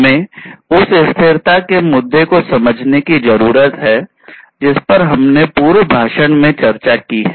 हमें उस स्थिरता के मुद्दे को समझने की जरूरत है जिस पर हमने पूर्व भाषण में चर्चा की है